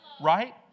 Right